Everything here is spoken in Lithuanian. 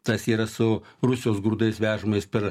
tas yra su rusijos grūdais vežamais per